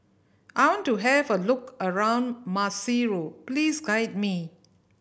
I want to have a look around Maseru please guide me